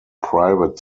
private